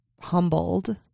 humbled